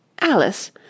Alice